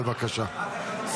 בבקשה.